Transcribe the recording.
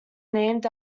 named